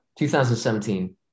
2017